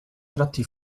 tratti